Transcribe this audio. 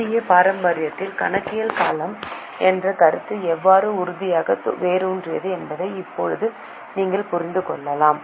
இந்திய பாரம்பரியத்தில் கணக்கியல் காலம் என்ற கருத்து எவ்வாறு உறுதியாக வேரூன்றியுள்ளது என்பதை இப்போது நீங்கள் புரிந்து கொள்ளலாம்